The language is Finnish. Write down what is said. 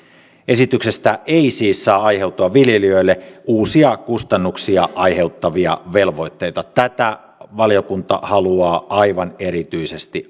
esityksestä ei siis saa aiheutua viljelijöille uusia kustannuksia aiheuttavia velvoitteita tätä valiokunta haluaa aivan erityisesti